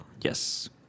Yes